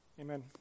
Amen